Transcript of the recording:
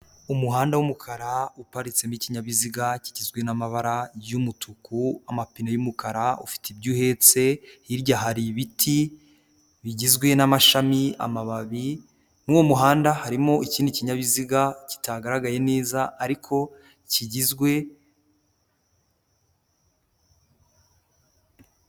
Umuhanda w'umukara uparitsemo ikinkinyabiziga kigizwe n'amabara y'umutuku, amapine y'umukara ufite ibyo uhetse, hirya hari ibiti bigizwe n'amashami, amababi, muri uwo umuhanda harimo ikindi kinyabiziga kitagaragaye neza ariko kigizwe.